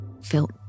felt